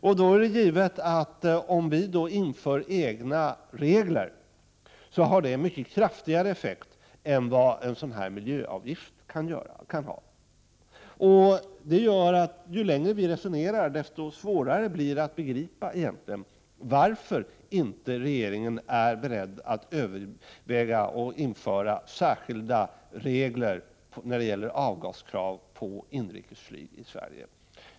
Om vi inför egna regler är det givet att det får mycket kraftigare effekter än vad en miljöavgift kan få. Ju längre vi diskuterar, desto svårare blir det att begripa varför regeringen inte är beredd att överväga införandet av särskilda regler i fråga om avgasutsläpp på inrikesflyget.